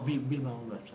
bui~ build my own website